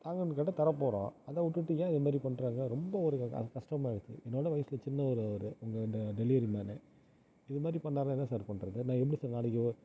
தாங்கன்னு கேட்டால் தர போகிறோம் அதை விட்டுட்டு ஏன் இது மாதிரி பண்ணுறாங்க ரொம்ப ஒரு கஷ்டமாக இருக்குது என்னோடு வயதில் சின்னவர் அவர் அந்த டெலிவரி மேனு இது மாதிரி பண்ணாங்கன்னா என்ன சார் பண்ணுறது நான் எப்படி சார் நாளைக்கி